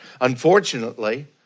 Unfortunately